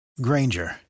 Granger